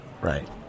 Right